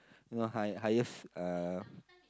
you know high highest uh